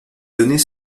données